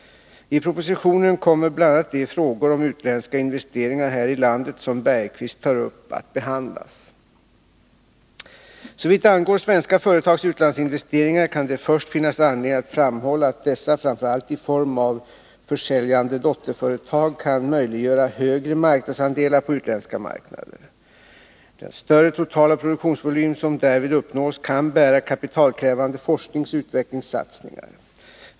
I propositionen kommer bl.a. de frågor om utländska investeringar här i landet som Jan Bergqvist tar upp att behandlas. Såvitt angår svenska företags utlandsinvesteringar kan det först finnas anledning att framhålla att dessa — framför allt i form av försäljande dotterföretag — kan möjliggöra högre marknadsandelar på utländska marknader. Den större totala produktionsvolym som därvid uppnås kan bära kapitalkrävande forskningsoch utvecklingssatsningar.